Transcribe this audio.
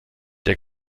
der